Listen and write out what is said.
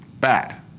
bad